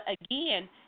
again